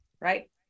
right